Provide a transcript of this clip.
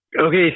Okay